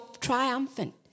triumphant